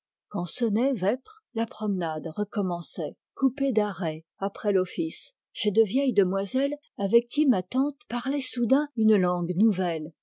quand sonnaient vêpres la promenade recommençait coupée d'arrêts après l'office chez de vieilles demoiselles avec qui ma tante parlait soudain une langue nouvelle